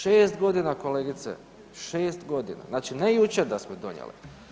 6 godina kolegice, 6 godina, znači ne jučer da smo donijeli.